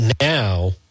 now